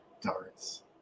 Darts